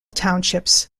townships